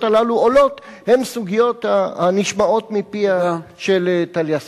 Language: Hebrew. הללו עולות הם סוגיות שנשמעות מפיה של טליה ששון.